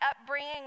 upbringing